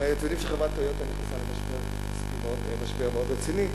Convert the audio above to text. הרי אתם יודעים שחברת "טויוטה" נכנסה למשבר מאוד רציני.